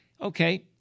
Okay